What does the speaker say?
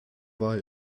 war